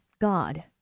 God